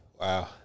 Wow